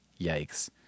yikes